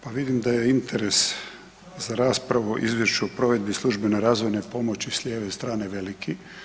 Pa vidim da je interes za raspravu o Izvješću provedbe službene razvojne pomoći sa lijeve strane veliki.